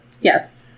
Yes